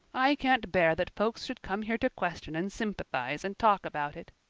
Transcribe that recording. i can't bear that folks should come here to question and sympathize and talk about it.